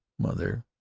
mother!